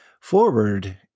forward